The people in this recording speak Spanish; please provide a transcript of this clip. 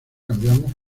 cambiamos